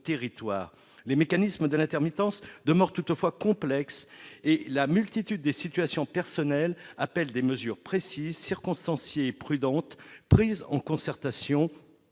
Paris. Les mécanismes de l'intermittence demeurent toutefois complexes et la multitude des situations personnelles appelle des mesures précises, circonstanciées et prudentes, prises en concertation